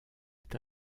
est